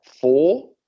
four